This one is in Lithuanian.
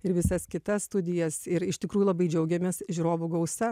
ir visas kitas studijas ir iš tikrųjų labai džiaugiamės žiūrovų gausa